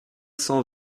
cent